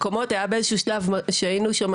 באיזה שהוא שלב כשהיינו שם